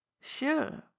sure